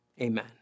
amen